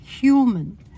human